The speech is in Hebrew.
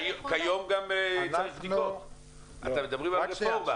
כיום גם צריך --- אתם מדברים על הרפורמה.